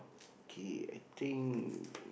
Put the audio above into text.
okay I think